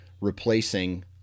replacing